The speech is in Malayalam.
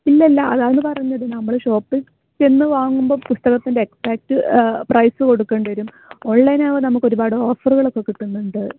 ഇല്ല ഇല്ല അതാണ് പറഞ്ഞത് നമ്മൾ ഷോപ്പിൽ ചെന്ന് വാങ്ങുമ്പോൾ പുസ്തകത്തിൻ്റെ എക്സാക്റ്റ് പ്രൈസ് കൊടുക്കേണ്ടി വെരും ഓൺലൈൻ ആവുമ്പോൾ നമുക്ക് ഒരുപാട് ഓഫറുകളൊക്കെ കിട്ടുന്നുണ്ട്